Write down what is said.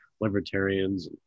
Libertarians